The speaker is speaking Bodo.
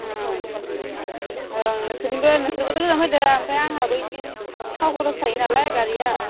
ओह नोंसोरनिबो नोंसोरबो दोनना फैदो आमफ्राय आंहाबो ओरैथिं थाव खरस थायो नालाय गारिया